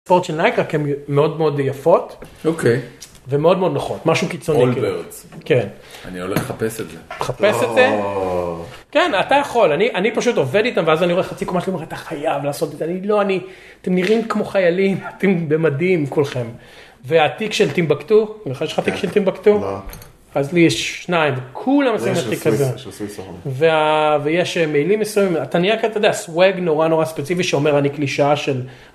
... של לייקרה הן מאוד מאוד יפות ומאוד מאוד נוחות, משהו קיצוני, אני הולך לחפש את זה, כן אתה יכול, אני פשוט עובד איתם ואז אני רואה חצי קומה של זה והם אומרים, "אתה חייב לעשות את זה", ואני... "לא, אתם נראים כמו חיילים, אתם במדים כולכם", והתיק של טימבקטו, אני חושב שאתה יש לך תיק של טימבקטו? לא... אז לי יש שניים, כולם עכשיו עם התיק הזה וויש מעילים מסוימים, אתה נהיה כזה סוואג נורא נורא ספציפי, שאומר אני קלישה של...